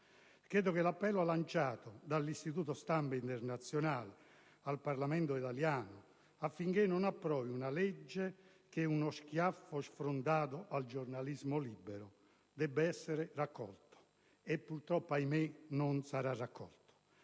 Credo che l'appello lanciato dall'Istituto della stampa internazionale al Parlamento italiano affinché non approvi una legge che è «uno schiaffo sfrontato al giornalismo libero» debba essere raccolto, anche se so già fin d'ora che